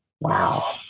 Wow